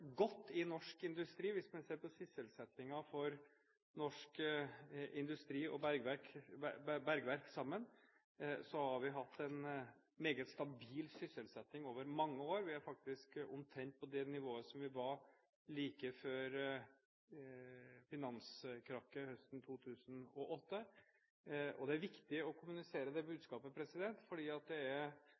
godt i norsk industri. Hvis man ser på sysselsettingen i norsk industri og bergverk sammen, har vi hatt en meget stabil sysselsetting over mange år. Vi er faktisk omtrent på det nivået vi var like før finanskrakket høsten 2008. Det er viktig å kommunisere det budskapet fordi det er